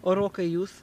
o rokai jūs